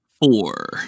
Four